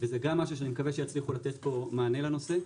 וזה גם משהו שאני מקווה שיצליחו לתת פה מענה לנושא.